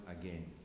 again